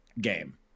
game